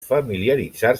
familiaritzar